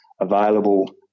available